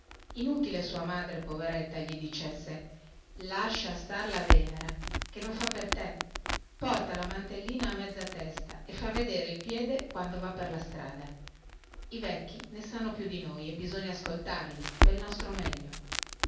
invano sua madre poveretta gli andava dicendo lascia star la venera che non fa per te porta la mantellina a mezza testa e fa vedere il piede quando va per la strada i vecchi ne sanno più di noi e bisogno ascoltarli pel nostro meglio